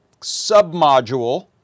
sub-module